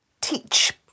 teach